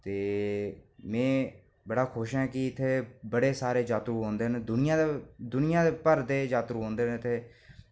ते में बड़ा खुश आं की में इत्थै बड़े सारे जात्तरू औंदे न दुनियां दे दुनियां भर दे जात्तरू औंदे न इत्थै